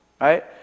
right